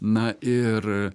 na ir